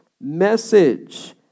message